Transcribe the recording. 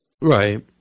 Right